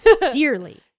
dearly